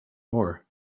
ore